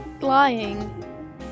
lying